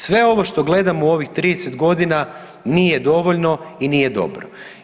Sve ovo što gledamo u ovih 30 godina nije dovoljno i nije dobro.